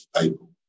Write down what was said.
April